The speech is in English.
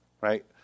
right